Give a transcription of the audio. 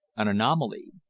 an anomaly.